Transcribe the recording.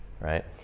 right